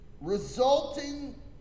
resulting